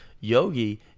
Yogi